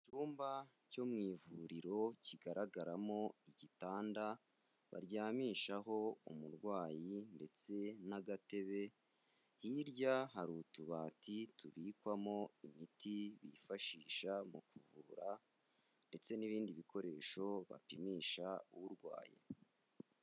Icyumba cyo mu ivuriro, kigaragaramo igitanda, baryamishaho umurwayi ndetse n'agatebe, hirya hari utubati tubikwamo imiti bifashisha mu kuvura ndetse n'ibindi bikoresho bapimisha urwaye.